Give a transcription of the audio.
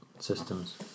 Systems